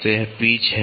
तो यह पिच है